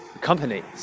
company